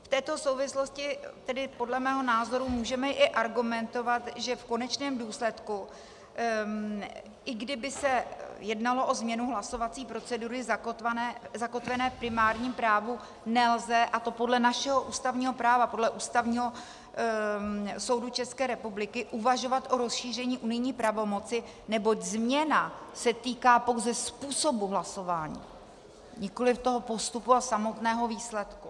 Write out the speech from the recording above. V této souvislosti tedy podle mého názoru můžeme i argumentovat, že v konečném důsledku, i kdyby se jednalo o změnu hlasovací procedury zakotvené v primárním právu, nelze, a to podle našeho ústavního práva, podle Ústavního soudu České republiky, uvažovat o rozšíření unijní pravomoci, neboť změna se týká pouze způsobu hlasování, nikoli toho postupu a samotného výsledku.